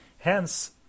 Hence